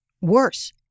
worse